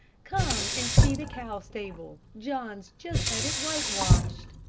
come and see the cow stable. john's just had it whitewashed.